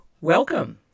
welcome